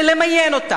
בלמיין אותם,